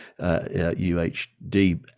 UHD